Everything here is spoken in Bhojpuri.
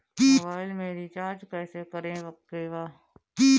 मोबाइल में रिचार्ज कइसे करे के बा?